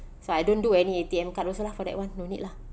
so I don't do any A_T_M card also lah for that [one] no need lah